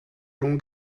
l’on